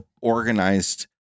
organized